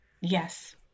Yes